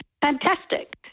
fantastic